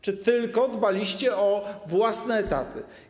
Czy tylko dbaliście o własne etaty?